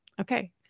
Okay